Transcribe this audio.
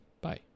bye